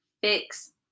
fix